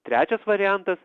trečias variantas